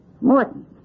Morton